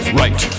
right